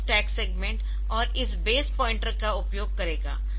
यह इस stack segment और इस बेस पॉइंटर का उपयोग करेगा